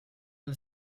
del